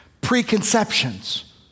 preconceptions